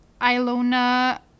Ilona